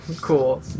Cool